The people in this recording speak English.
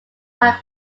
like